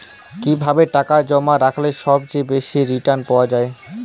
কিভাবে টাকা জমা রাখলে সবচেয়ে বেশি রির্টান পাওয়া য়ায়?